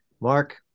Mark